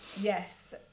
yes